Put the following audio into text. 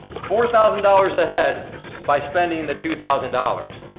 four thousand dollars ahead by spending the two thousand dollars.